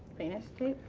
painter's tape.